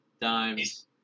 dimes